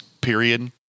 Period